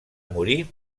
morir